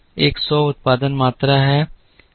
तो एक सौ उत्पादन मात्रा है